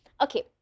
Okay